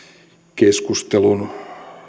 keskusteluun